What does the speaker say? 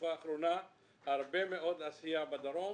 שבתקופה האחרונה יש לנו הרבה מאוד עשייה בדרום.